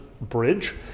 bridge